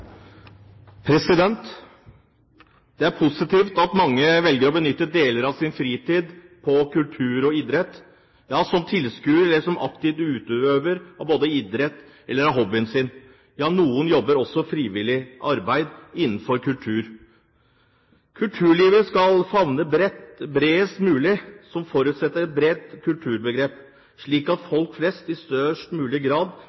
Det er positivt at mange velger å benytte deler av sin fritid på kultur og idrett, som tilskuere eller som aktive utøvere av idrett eller av hobbyen sin. Ja, noen utfører også frivillig arbeid innenfor kultur. Kulturlivet skal favne bredest mulig. Det forutsetter et bredt kulturbegrep, slik at folk flest i størst mulig grad